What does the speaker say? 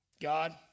God